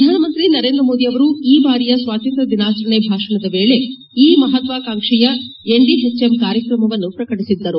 ಪ್ರಧಾನಮಂತ್ರಿ ನರೇಂದ್ರ ಮೋದಿ ಅವರು ಈ ಬಾರಿಯ ಸ್ವಾತಂತ್ರ್ಯ ದಿನಾಚರಣೆ ಭಾಷಣದ ವೇಳೆ ಈ ಮಹತ್ವಾಕಾಂಕ್ಷೆಯ ಎನ್ಡಿಎಚ್ಎಂ ಕಾರ್ಯಕ್ರಮವನ್ನು ಪ್ರಕಟಿಸಿದ್ದರು